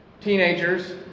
teenagers